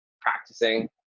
practicing